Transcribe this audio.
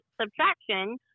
subtraction